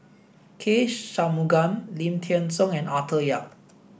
K Shanmugam Lim Thean Soo and Arthur Yap